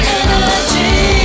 energy